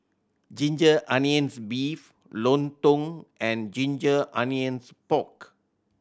ginger onions beef lontong and ginger onions pork